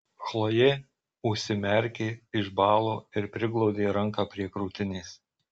chlojė užsimerkė išbalo ir priglaudė ranką prie krūtinės